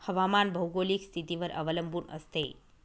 हवामान भौगोलिक स्थितीवर अवलंबून असते